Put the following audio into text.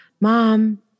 mom